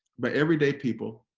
by everyday people.